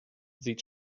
sieht